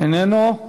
איננו.